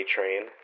Train